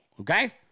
okay